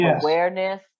awareness